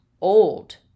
old